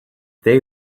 they